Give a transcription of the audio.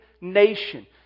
nation